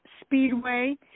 Speedway